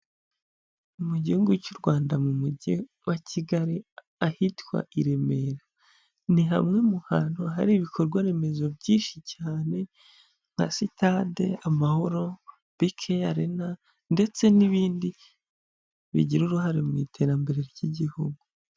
Mu gihugu cy'u Rwanda mu mujyi wa Kigali, ahitwa i Remera; ni hamwe mu hantu hari ibikorwaremezo byinshi cyane nka Sitade Amahoro, BK Arena ndetse n'ibindi bigira uruhare mu iterambere ry'igihugu.